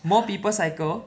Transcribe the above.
more people cycle